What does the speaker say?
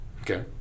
Okay